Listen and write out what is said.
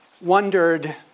wondered